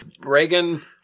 Reagan